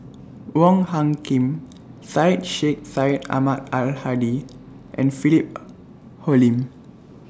Wong Hung Khim Syed Sheikh Syed Ahmad Al Hadi and Philip Hoalim